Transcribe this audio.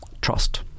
trust